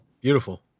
beautiful